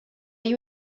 you